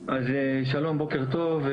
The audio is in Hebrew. שלום, בוקר טוב.